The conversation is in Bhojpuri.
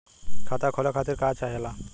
खाता खोले खातीर का चाहे ला?